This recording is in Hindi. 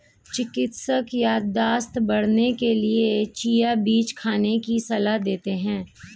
चिकित्सक याददाश्त बढ़ाने के लिए चिया बीज खाने की सलाह देते हैं